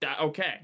Okay